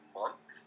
month